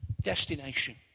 Destination